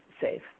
safe